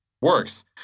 works